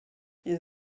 wir